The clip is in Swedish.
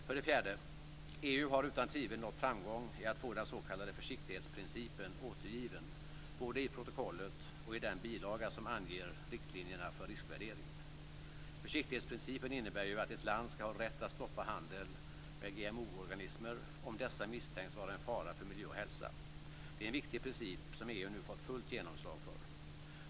För det fjärde har EU utan tvivel nått framgång i att få den s.k. försiktighetsprincipen återgiven både i protokollet och i den bilaga som anger riktlinjerna för riskvärdering. Försiktighetsprincipen innebär att ett land ska ha rätt att stoppa handel med GMO om dessa misstänks vara en fara för miljö och hälsa. Det är en viktig princip, som EU nu fått fullt gehör för.